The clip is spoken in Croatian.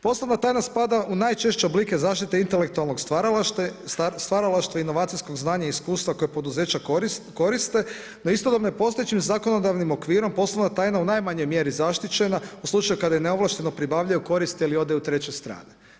Poslovna tajna spada u najčešće oblike zaštite intelektualnog stvaralaštva i inovacijskog znanja i iskustva koje poduzeća koriste no istodobno je postojećim zakonodavnim okvirom poslovna tajna u najmanjoj mjeri zaštićena u slučaju kada je neovlašteno pribavljaju, koriste ili ode u treće strane.